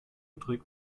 trägt